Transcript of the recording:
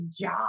job